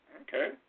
okay